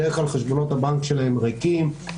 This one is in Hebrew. בדרך כלל חשבונות הבנק שלהם ריקים,